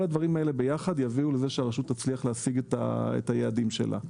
כל הדברים האלה ביחד יביאו לזה שהרשות תצליח להשיג את היעדים שלה.